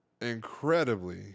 incredibly